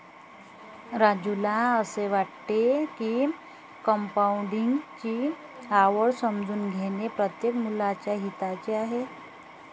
राजूला असे वाटते की कंपाऊंडिंग ची आवड समजून घेणे प्रत्येक मुलाच्या हिताचे आहे